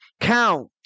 count